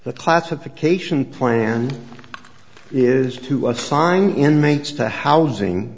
the classification plan is to assign mates to housing